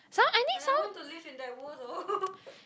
some I need some